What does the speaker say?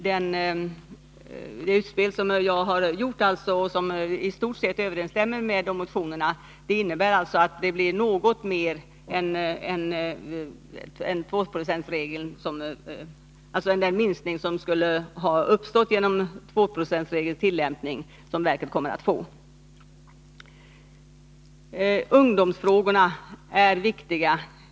Det utspel som jag har gjort och som i stort sett överensstämmer med motionerna innebär alltså att verket kommer att få något mer än den minskning som skulle ha uppstått genom 2-procentsregelns tillämpning. Ungdomsfrågorna är viktiga.